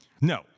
No